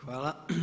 Hvala.